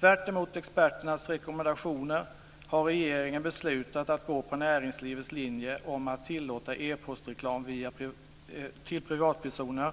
Tvärtemot experternas rekommendationer har regeringen beslutat att gå på näringslivets linje om att tillåta epostreklam till privatpersoner.